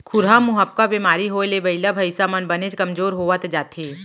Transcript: खुरहा मुहंपका बेमारी होए ले बइला भईंसा मन बनेच कमजोर होवत जाथें